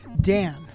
Dan